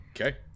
Okay